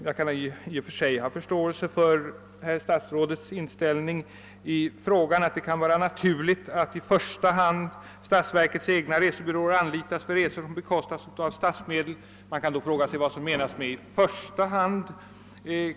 Jag kan i och för sig ha förståelse för herr statsrådets inställning, att det kan vara »naturligt att i första hand statsverkets egna resebyråer anlitas för resor som bekostas av statsmedel». Man kan emellertid fråga sig vad som menas med »i första hand».